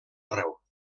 arreu